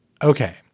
Okay